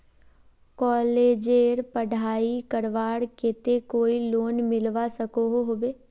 कॉलेजेर पढ़ाई करवार केते कोई लोन मिलवा सकोहो होबे?